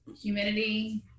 humidity